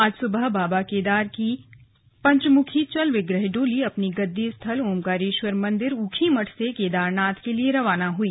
आज सुबह बाबा केदारनाथ की पंचमुखी चल विग्रह डोली अपने गद्दी स्थल ओंकारेश्वर मंदिर ऊखीमठ से केदारनाथ के लिए हुई रवाना हुई